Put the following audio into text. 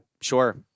Sure